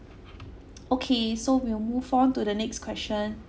okay so we will move on to the next question